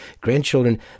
grandchildren—